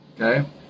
okay